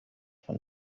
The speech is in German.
von